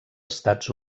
estats